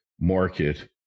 market